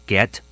Get